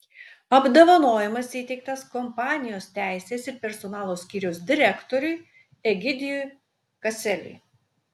apdovanojimas įteiktas kompanijos teisės ir personalo skyriaus direktoriui egidijui kaseliui